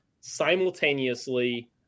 simultaneously